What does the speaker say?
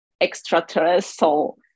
extraterrestrial